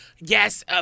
yes